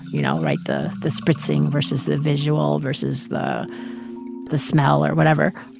you know, right the the spritzing versus the visual versus the the smell or whatever.